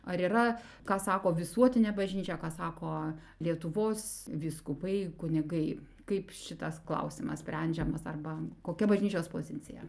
ar yra ką sako visuotinė bažnyčia ką sako lietuvos vyskupai kunigai kaip šitas klausimas sprendžiamas arba kokia bažnyčios pozicija